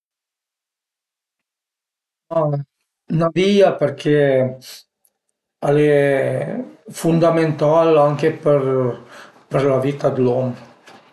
Ma, n'avìa perché al e fundamentala anche për për la vita d'l'om